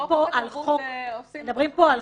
בחוק התרבות עושים את זה.